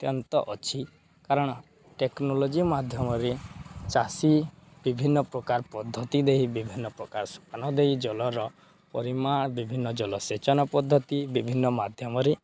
ଅତ୍ୟନ୍ତ ଅଛି କାରଣ ଟେକ୍ନୋଲୋଜି ମାଧ୍ୟମରେ ଚାଷୀ ବିଭିନ୍ନ ପ୍ରକାର ପଦ୍ଧତି ଦେଇ ବିଭିନ୍ନ ପ୍ରକାର ସୋପାନ ଦେଇ ଜଳର ପରିମାଣ ବିଭିନ୍ନ ଜଳସେଚନ ପଦ୍ଧତି ବିଭିନ୍ନ ମାଧ୍ୟମରେ